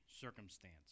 circumstance